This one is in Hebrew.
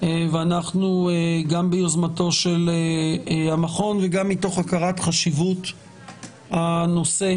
ואנחנו גם ביוזמתו של המכון וגם מתוך הכרת חשיבות הנושא,